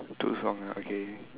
two song okay